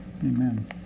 Amen